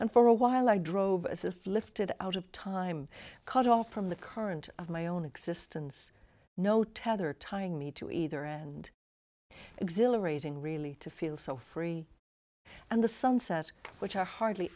and for a while i drove as if lifted out of time cut off from the current of my own existence no tether tying me to either and exhilarating really to feel so free and the sunset which i hardly